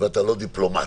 ואתה לא דיפלומט.